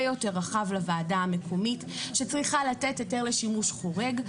יותר רחב לוועדה המקומית שצריכה לתת היתר לשימוש חורג,